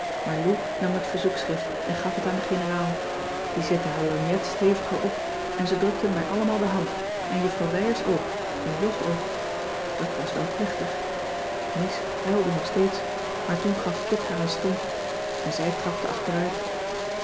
lou nam het verzoekschrift en gaf het aan de generaal die zette haar lorgnet steviger op en ze drukten mij allemaal de hand en juffrouw wijers ook en jog ook dat was wel plechtig mies huilde nog steeds maar toen gaf kit haar een stomp en zij trapte